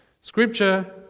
Scripture